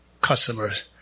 customers